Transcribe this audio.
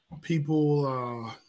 people